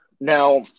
Now